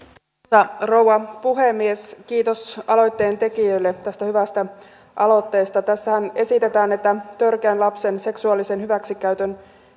arvoisa rouva puhemies kiitos aloitteen tekijöille tästä hyvästä aloitteesta tässähän esitetään että lapsen törkeän seksuaalisen hyväksikäytön